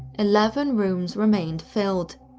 eleven rooms remained filled.